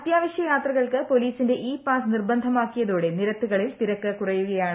അത്യാവശ്ച്യാത്രകൾക്ക് പൊലീസിന്റെ E pass നിർബന്ധമാക്കിയതോടെ ് നിരത്തുകളിൽ തിരക്ക് കുറയുകയാണ്